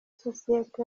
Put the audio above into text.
sosiyete